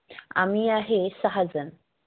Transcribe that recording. आम्ही आहे सहा जणं